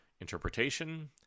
interpretation